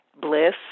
bliss